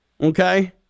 Okay